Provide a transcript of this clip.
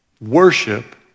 worship